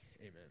Amen